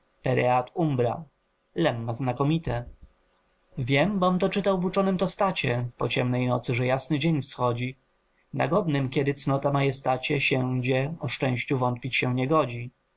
umbra lemma znamienite wiem bom to czytał w uczonym tostacie po ciemnej nocy że jasny dzień wschodzi na godnym kiedy cnota majestacie siędzie o szczęściu wątpić się nie godzi